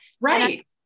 right